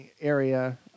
area